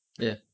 ya